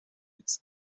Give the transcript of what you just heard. its